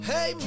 Hey